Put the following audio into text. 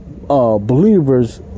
believers